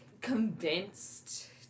convinced